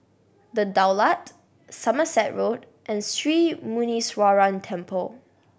The Daulat Somerset Road and Sri Muneeswaran Temple